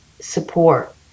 support